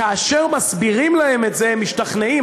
כאשר מסבירים להם את זה הם משתכנעים.